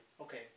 Okay